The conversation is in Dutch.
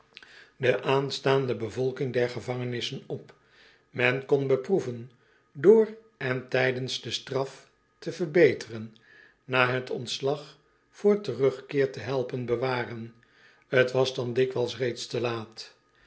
eel staande bevolking der gevangenissen op men kon beproeven door en tijdens de straf te verbeteren na het ontslag voor terugkeer te helpen bewaren t was dan dikwijls reeds te laat